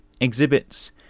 exhibits